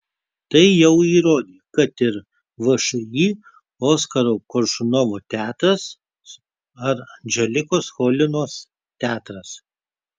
tai jau įrodė kad ir všį oskaro koršunovo teatras ar anželikos cholinos teatras